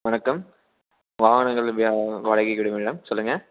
வணக்கம் வாகனங்கள் வ வாடகைக்கு விடும் இடம் சொல்லுங்க